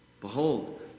Behold